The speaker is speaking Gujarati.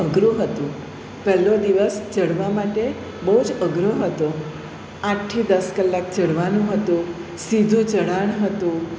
અઘરું હતું પહેલો દિવસ ચડવા માટે બહુ જ અઘરો હતો આઠથી દસ કલાક ચડવાનું હતું સીધું ચઢાણ હતું